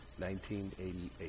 1988